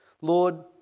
Lord